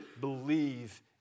believe